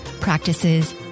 practices